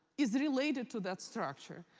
is related to that structure.